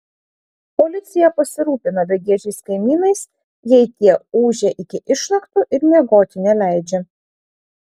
policija pasirūpina begėdžiais kaimynais jei tie ūžia iki išnaktų ir miegoti neleidžia